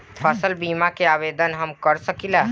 फसल बीमा के आवेदन हम कर सकिला?